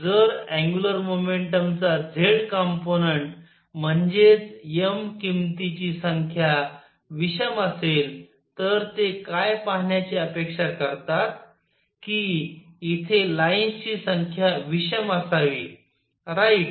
तर जर angular momentum चा z कंपोनंन्ट म्हणजेच m किंमतींची संख्या विषम असेल तर ते काय पाहण्याची अपेक्षा करतात की इथे लाईन्स ची संख्या विषम असावी राईट